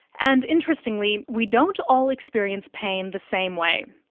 and, interestingly, we don't all experience pain the same way.